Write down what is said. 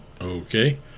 Okay